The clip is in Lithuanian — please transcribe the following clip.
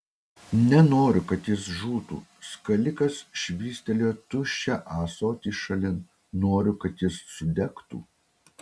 nenoriu kad jis žūtų skalikas švystelėjo tuščią ąsotį šalin noriu kad jis sudegtų